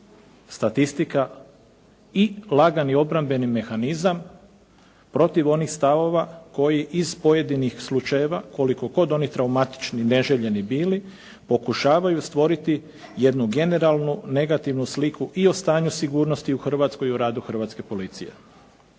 statistika i lagani obrambeni mehanizam protiv onih stavova koji iz pojedinih slučajeva koliko god oni traumatični, neželjeni bili pokušavaju stvoriti jednu generalnu negativnu sliku i o stanju sigurnosti u Hrvatskoj i u radu hrvatske policije.